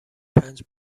پنج